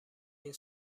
این